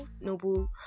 noble